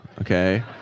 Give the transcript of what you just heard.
Okay